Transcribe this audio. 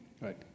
Right